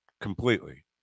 completely